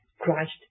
Christ